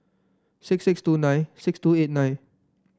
six six two nine six two eight nine